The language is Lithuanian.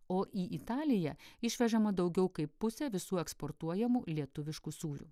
o į italiją išvežama daugiau kaip pusė visų eksportuojamų lietuviškų sūrių